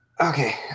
Okay